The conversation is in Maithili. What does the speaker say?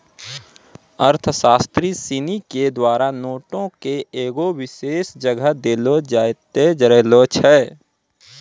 अर्थशास्त्री सिनी के द्वारा नोटो के एगो विशेष जगह देलो जैते रहलो छै